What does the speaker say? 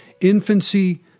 infancy